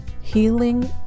healing